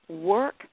work